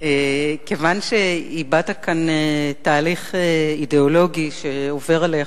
כיוון שהבעת כאן תהליך אידיאולוגי שעובר עליך,